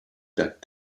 that